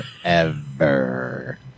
forever